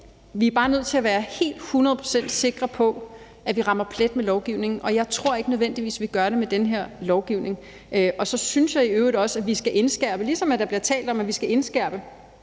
vi er bare nødt til at være helt hundrede procent sikre på, at vi rammer plet med lovgivningen, og jeg tror ikke nødvendigvis, at vi gør det med den her lovgivning. Så synes jeg i øvrigt også, at vi skal indskærpe, ligesom vi skal indskærpe